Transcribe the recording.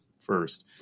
first